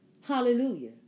Hallelujah